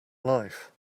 life